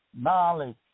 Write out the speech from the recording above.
knowledge